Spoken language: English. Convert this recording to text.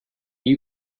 you